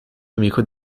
amico